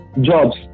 jobs